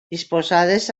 disposades